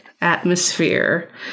atmosphere